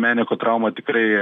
meneko trauma tikrai